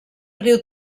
riu